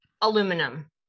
aluminum